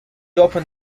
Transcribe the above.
opened